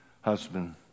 husband